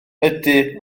ydy